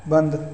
बंद